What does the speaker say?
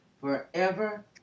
forever